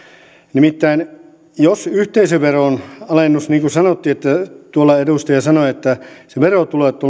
nimittäin jos yhteisöveron alennus niin kuin tuolla edustaja sanoi että ne verotulot